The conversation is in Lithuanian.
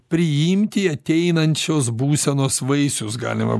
priimti ateinančios būsenos vaisius galima